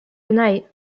tonight